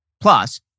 plus